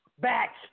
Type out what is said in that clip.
back